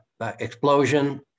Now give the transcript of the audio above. explosion